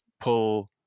pull